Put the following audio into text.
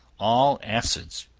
all acids,